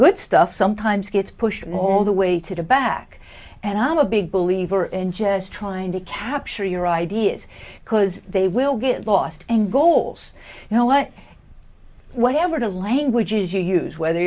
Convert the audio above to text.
good stuff sometimes gets pushed all the way to the back and i'm a big believer in just trying to capture your ideas because they will get lost in goals you know what whatever to languages you use whether